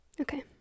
Okay